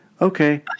okay